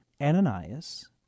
Ananias